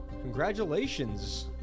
congratulations